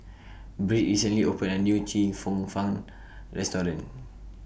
Britt recently opened A New Chee Cheong Fun Restaurant